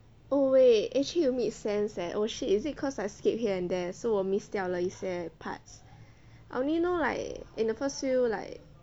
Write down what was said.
oh wait actually you make sense eh oh shit is it cause I skipped here and there so 我 miss 掉了一些 parts I only know like in the first few like